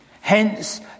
Hence